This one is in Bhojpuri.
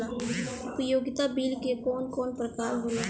उपयोगिता बिल के कवन कवन प्रकार होला?